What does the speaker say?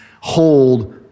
hold